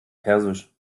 persisch